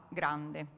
grande